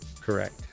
correct